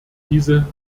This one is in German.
diese